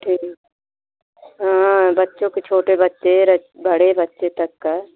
ठीक है हाँ हाँ बच्चों के छोटे बच्चे र् बड़े बच्चे तक का